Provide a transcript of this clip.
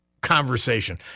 conversation